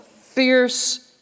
fierce